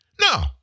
No